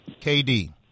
KD